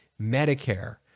Medicare